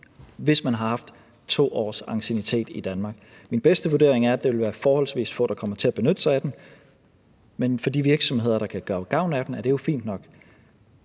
hvis man har 2 års anciennitet i Danmark. Min bedste vurdering er, at det vil være forholdsvis få, der kommer til at benytte sig af den, men for de virksomheder, der kan få gavn af den, er det jo fint nok.